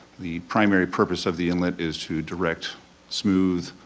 the primary purpose of the inlet is to direct smooth,